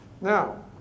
Now